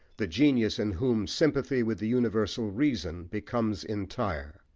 the genius in whom sympathy with the universal reason becomes entire.